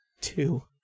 Two